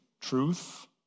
Truth